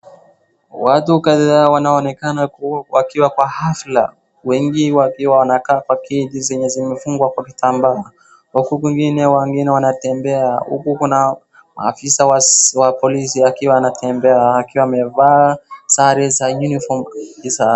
Watu kadhaa wanaonekana wakiwa kwa hafla. Wengi wakiwa wanakaa kwa kiti zenye zimefungwa kwa kitambaa huku kwingine wengine wanatembea. Huku kuna maafisa wa polisi akiwa wanatembea wakiwa wamevaa sare za uniform .